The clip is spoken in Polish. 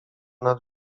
nad